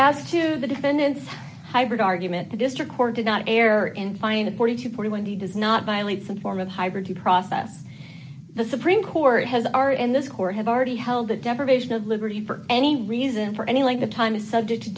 as to the defendant's hybrid argument the district court did not air and find a forty to forty one he does not violate some form of hybrid the process the supreme court has are in this court have already held that deprivation of liberty for any reason for any length of time is subject to